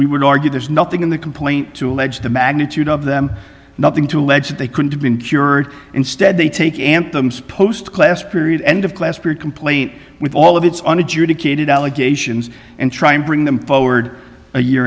we would argue there's nothing in the complaint to allege the magnitude of them nothing to allege that they could have been cured instead they take anthems post class period end of class period complaint with all of its own adjudicated allegations and try and bring them forward a year